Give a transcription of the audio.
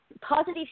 positive